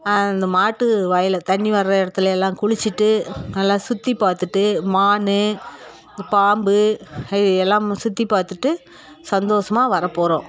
இந்த மாட்டு வயலில் தண்ணி வர இடத்துலேலாம் குளிச்சுட்டு நல்லா சுற்றி பார்த்துட்டு மான் பாம்பு இது எல்லாமும் சுற்றிப் பார்த்துட்டு சந்தோஷமாக வரப்போகிறோம்